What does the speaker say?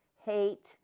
hate